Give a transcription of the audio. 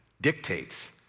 dictates